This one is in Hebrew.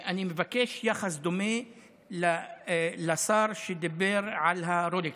אני מבקש יחס דומה לשר שדיבר על הרולקסים.